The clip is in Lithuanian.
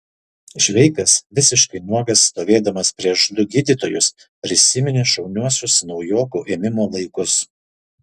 šveikas visiškai nuogas stovėdamas prieš du gydytojus prisiminė šauniuosius naujokų ėmimo laikus